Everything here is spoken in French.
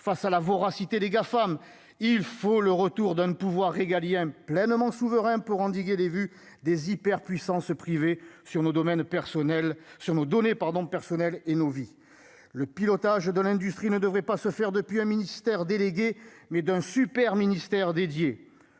face à la voracité des Gafam, il faut le retour de ne pouvoir régalien pleinement souverain pour endiguer les vues des hyperpuissance privée sur nos domaines personnel sur nos données pardon personnel et nos vies, le pilotage de l'industrie ne devrait pas se faire depuis un ministère délégué mais d'un super ministère dédié